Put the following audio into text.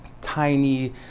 tiny